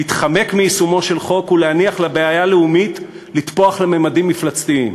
להתחמק מיישומו של חוק ולהניח לבעיה הלאומית לתפוח לממדים מפלצתיים,